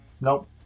Nope